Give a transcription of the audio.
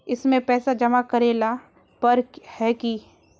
इसमें पैसा जमा करेला पर है की?